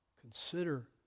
Consider